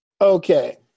Okay